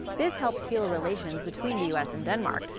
this helped heal relations between the u s. and denmark.